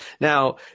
Now